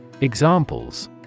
Examples